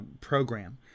program